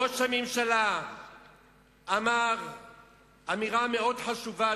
ראש הממשלה אמר אמירה מאוד חשובה,